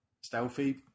stealthy